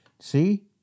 see